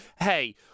Hey